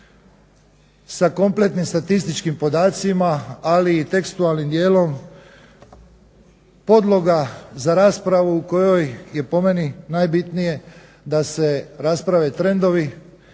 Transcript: sa kompletnim statističkim podacima ali i tekstualnim dijelom podloga za raspravu u kojoj je po meni najbitnije da se rasprave trendovi,